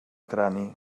crani